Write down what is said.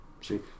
See